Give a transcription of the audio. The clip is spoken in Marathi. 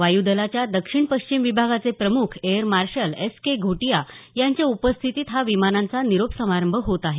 वायू दलाच्या दक्षिण पश्चिम विभागाचे प्रमुख air marshal S K Ghotia यांच्या उपस्थितीत हा विमानांचा निरोप समारंभ होत आहे